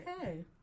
okay